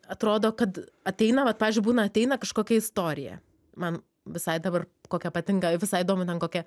atrodo kad ateina vat pavyzdžiui būna ateina kažkokia istorija man visai dabar kokia patinka visai įdomi ten kokia